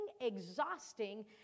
exhausting